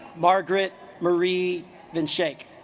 margaret marie van schaik